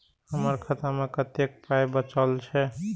हमर खाता मे कतैक पाय बचल छै